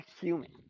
human